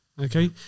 Okay